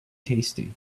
tasty